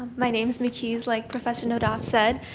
my name's mckeys like professor naddaff said.